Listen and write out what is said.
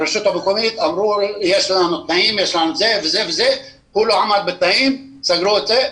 הרשות המקומית אמרה שהוא לא עמד בתנאים ולכן סגרו אותו.